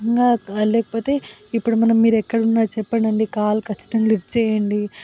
ఇంకా లేకపోతే ఇప్పుడు మనం మీరు ఎక్కడున్నారు చెప్పండి కాల్ ఖచ్చితంగా లిఫ్ట్ చేయండి